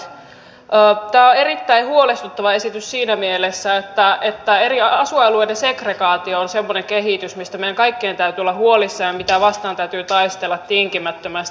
tämä on erittäin huolestuttava esitys siinä mielessä että eri asuinalueiden segregaatio on semmoinen kehitys mistä meidän kaikkien täytyy olla huolissaan ja mitä vastaan täytyy taistella tinkimättömästi